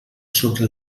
sobre